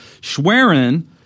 Schwerin